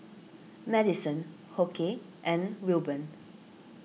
Madyson Hoke and Wilburn